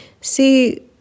See